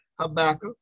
Habakkuk